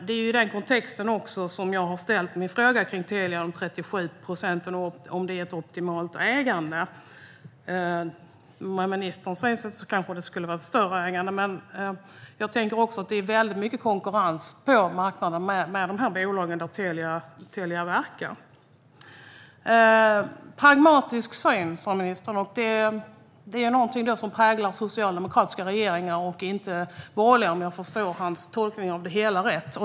Det är i den kontexten jag har frågat om statens ägande i Telia på 37 procent är optimalt. Med ministerns synsätt skulle ägarandelen kanske vara större. Men det är också mycket konkurrens på den marknad där Telia verkar. Ministern nämnde att en pragmatisk syn präglar socialdemokratiska regeringar och inte borgerliga regeringar, om jag förstår hans tolkning rätt.